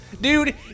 Dude